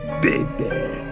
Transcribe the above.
baby